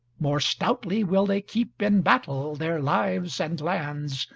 more stoutly will they keep in battle their lives, and lands,